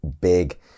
big